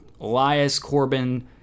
Elias-Corbin